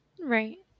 right